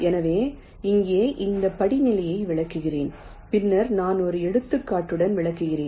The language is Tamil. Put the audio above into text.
எனவே இங்கே இந்த படிநிலையை விளக்குகிறேன் பின்னர் நான் ஒரு எடுத்துக்காட்டுடன் விளக்குகிறேன்